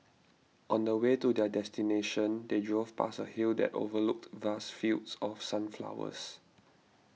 on the way to their destination they drove past a hill that overlooked vast fields of sunflowers